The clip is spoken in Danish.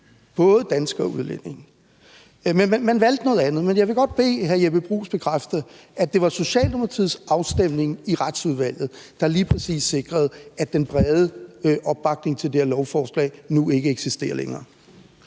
både danskere og udlændinge. Men man valgte noget andet. Men jeg vil godt bede hr. Jeppe Bruus om at bekræfte, at det var Socialdemokratiets afstemning i Retsudvalget, der lige præcis sikrede, at den brede opbakning til det her lovforslag nu ikke længere